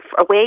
away